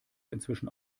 inzwischen